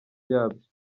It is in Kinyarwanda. yabyo